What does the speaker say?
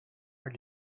are